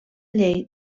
llei